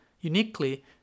uniquely